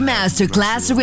Masterclass